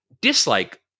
dislike